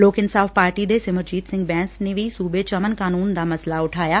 ਲੋਕ ਇਨਸਾਫ਼ ਪਾਰਟੀ ਦੇ ਸਿਮਰਜੀਤ ਸਿੰਘ ਬੈਂਸ ਨੈ ਵੀ ਸੂਬੇ ਚ ਅਮਨ ਕਾਨੂੰਨ ਦਾ ਮਸਲਾ ਉਠਾਇਆ